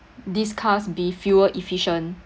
these cars be fuel-efficient